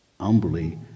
humbly